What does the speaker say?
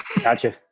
Gotcha